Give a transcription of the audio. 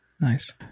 Nice